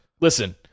Listen